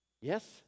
Yes